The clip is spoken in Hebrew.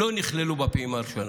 לא נכללו בפעימה הראשונה.